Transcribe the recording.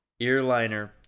Earliner